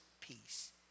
peace